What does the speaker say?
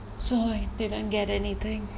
so I didn't get anything